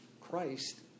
Christ